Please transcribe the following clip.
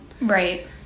right